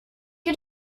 you